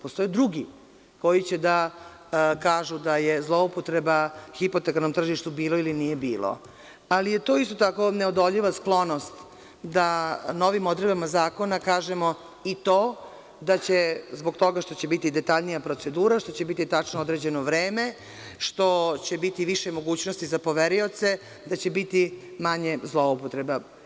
Postoje drugi koji će da kažu da je zloupotreba hipotekarnom tržištu bilo ili nije bilo, ali je to isto tako neodoljiva sklonost da novim odredbama zakona kažemo i to da će zbog toga što će biti detaljnija procedura, što će biti tačno određeno vreme, što će biti više mogućnosti za poverioce, da će biti manje zloupotreba.